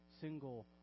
single